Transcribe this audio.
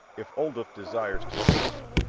if odulph desires to serve me,